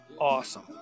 awesome